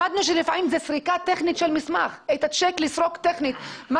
למדנו שלפעמים זאת סריקה טכנית של מסמך לסרוק טכנית את הצ'ק,